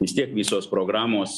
vis tiek visos programos